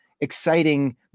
exciting